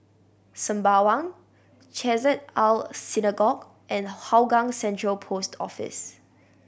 Sembawang Chesed El Synagogue and Hougang Central Post Office